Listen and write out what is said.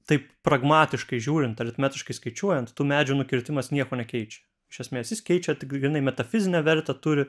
taip pragmatiškai žiūrint aritmetiškai skaičiuojant tų medžių nukirtimas nieko nekeičia iš esmės jis keičia tik grynai metafizinę vertę turi